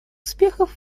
успехов